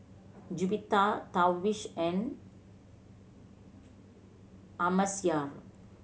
Juwita Darwish and Amsyar